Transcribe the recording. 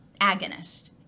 agonist